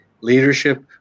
Leadership